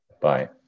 Bye